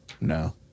No